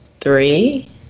three